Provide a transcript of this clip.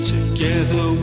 Together